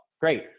great